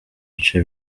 bice